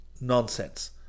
Nonsense